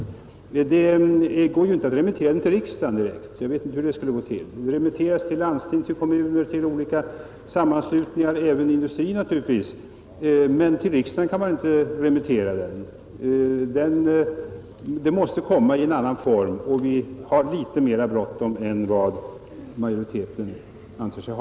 Det går ju inte att remittera det till riksdagen direkt — jag vet inte hur det skulle gå till. Det remitteras till landsting, kommuner, olika sammanslutningar, naturligtvis även till industrier, men till riksdagen kan man inte remittera det. Det måste komma i annan form, och vi har som sagt litet mera bråttom än vad majoriteten anser sig ha.